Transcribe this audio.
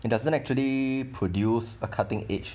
it doesn't actually produce a cutting edge